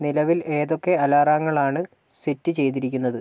നിലവിൽ ഏതൊക്കെ അലാറങ്ങളാണ് സെറ്റ് ചെയ്തിരിക്കുന്നത്